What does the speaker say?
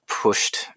pushed